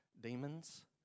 Demons